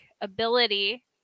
ability